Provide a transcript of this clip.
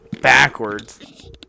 Backwards